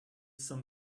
some